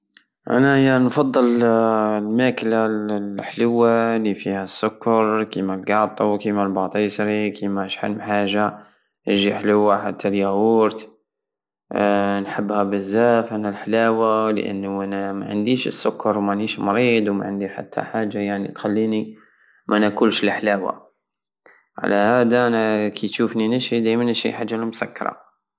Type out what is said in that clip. أنايا نفضل الماكلة لحلوة الفيها السكر كيما القاطو كيما الباطيسري كيما شحال محاجة جي حلوةحتى الياغوغت نحبها بزاف أنا لحلاوة لأنو أنا ماعنديش السكر ومانيش مريض وماعندي حتا حاجة الي تخليني ماناكولش لحلاوة علاهادا كيتشوفني ديما نشري حاجة مسكرة